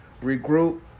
regroup